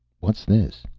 what's this?